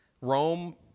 Rome